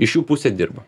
iš jų pusė dirba